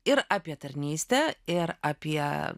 ir apie tarnystę ir apie